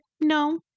no